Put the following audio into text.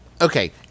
Okay